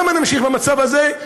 למה להמשיך במצב הזה?